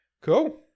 Cool